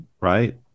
right